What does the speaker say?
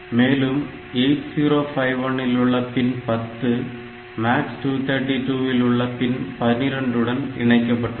மேலும் 8051 இல் உள்ள பின் 10 MAX232 இல் உள்ள பின் 12 உடன் இணைக்கப்பட்டுள்ளது